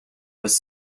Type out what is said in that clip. was